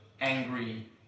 angry